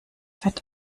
fett